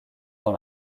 dans